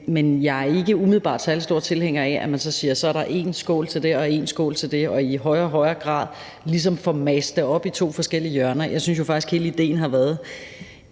men jeg er ikke umiddelbart en særlig stor tilhænger af, at man så siger, at der er én skål til det og én skål til det, og at man ligesom i højere og højere grad får det mast op i to forskellige hjørner. Jeg synes jo faktisk, at hele idéen har været,